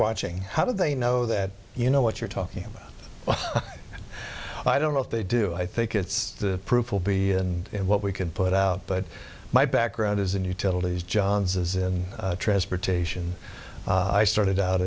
watching how do they know that you know what you're talking about well i don't know if they do i think it's the proof will be and what we can put out but my background is in utilities john's is in transportation i started out